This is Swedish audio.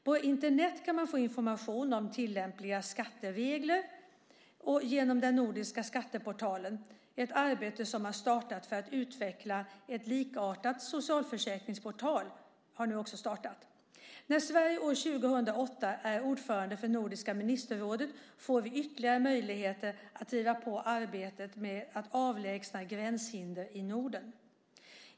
På Internet kan man få information om tillämpliga skatteregler genom den nordiska skatteportalen. Ett arbete har startat för att utveckla en liknande socialförsäkringsportal. När Sverige år 2008 är ordförande i Nordiska ministerrådet får vi ytterligare möjligheter att driva på arbetet med att avlägsna gränshinder i Norden.